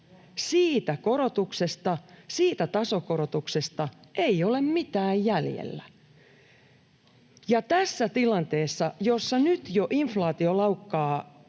Siitä korotuksesta, siitä tasokorotuksesta ei ole mitään jäljellä. Tässä tilanteessa, jossa nyt jo inflaatio laukkaa